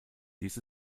dies